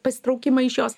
pasitraukimą iš jos